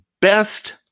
best